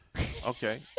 Okay